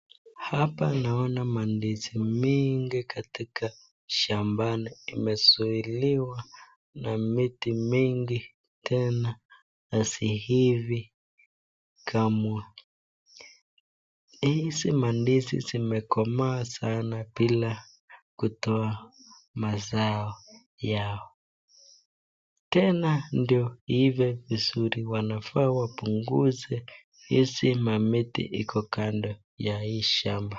Hapa naona mandizi mingi katika shambani imesuiliwa na miti mingi tena haziivi kamwe, hizi mandizi zimekomaa sana bila kutoa mazao yao, tena ndio iive vizuri wanafaa wapunguze hizi mamiti iko kando ya hii shamba.